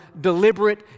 deliberate